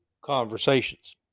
conversations